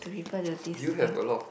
to refer to this thing